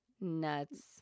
Nuts